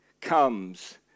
comes